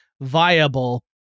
viable